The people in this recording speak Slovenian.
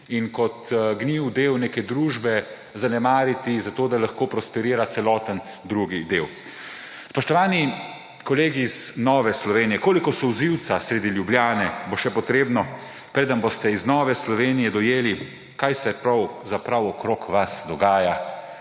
in kot gnil del neke družbe zanemariti zato, da lahko prosperira celoten drugi del. Spoštovani kolegi iz Nove Slovenije! Koliko solzivca sredi Ljubljane bo še potrebno, preden boste iz Nove Slovenije dojeli, kaj se pravzaprav okoli vas dogaja?